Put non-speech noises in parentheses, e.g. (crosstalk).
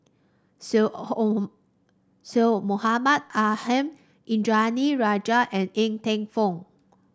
Syed (unintelligible) Syed Mohamed Ahmed Indranee Rajah and Ng Teng Fong